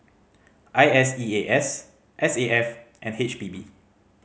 I S E A S S A F and H P B